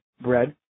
bread